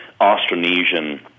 Austronesian